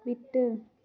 விட்டு